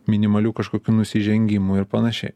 minimalių kažkokių nusižengimų ir panašiai